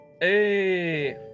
Hey